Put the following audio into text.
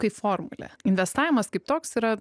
kaip formulė investavimas kaip toks yra